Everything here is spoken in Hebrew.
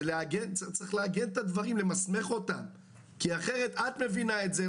צריך לעגן את הדברים ולמסמך אותם כי אחרת את מבינה את זה,